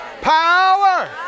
Power